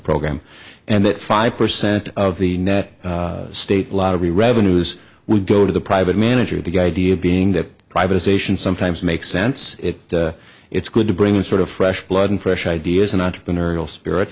program and that five percent of the net state lottery revenues would go to the private manager of the idea being that privatization sometimes makes sense it's good to bring in sort of fresh blood and fresh ideas and entrepreneurial spirit